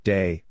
Day